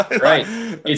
right